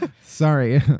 sorry